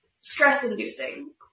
stress-inducing